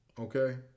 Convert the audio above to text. Okay